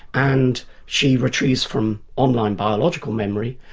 and she retrieves from online biological memory,